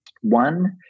one